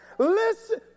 Listen